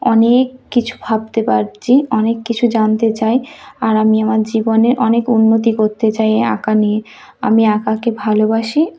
অনেক কিছু ভাবতে পারছি অনেক কিছু জানতে চাই আর আমি আমার জীবনে অনেক উন্নতি করতে চাই এই আঁকা নিয়ে আমি আঁকাকে ভালোবাসি